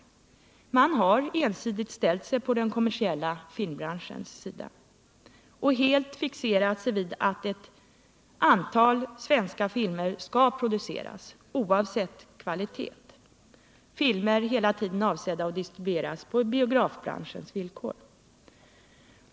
Institutet har ensidigt ställt sig på den kommersiella filmbranschens sida och helt fixerat sig vid att ett antal svenska filmer, oavsett kvalitet, skall produceras — filmer avsedda att distribueras på biografbranschens villkor.